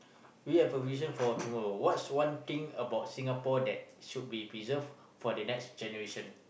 we have a vision for tomorrow what's one thing about Singapore that should be preserved for the next generation